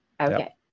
Okay